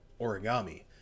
Origami